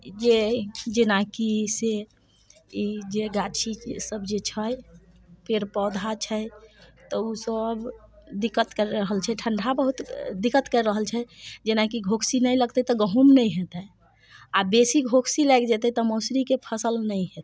जे जेना कि से ई जे गाछी सभ जे छै पेड़ पौधा छै तऽ ओसभ दिक्कत कऽ रहल छै ठंडा बहुत दिक्कत कै रहल छै जेना कि घोकसी नहि लगतै तऽ गहूॅंम नहि हेतै आ बेसी घोकसी लागि जेतै तऽ मौसरीके फसल नहि हेतै